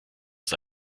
das